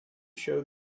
show